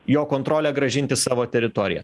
jo kontrolę grąžint į savo teritoriją